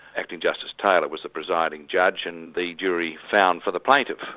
acting justice taylor was the presiding judge and the jury found for the plaintiff,